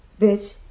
bitch